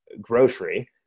grocery